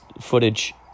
footage